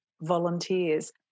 volunteers